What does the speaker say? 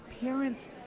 parents